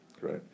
right